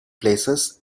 places